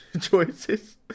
choices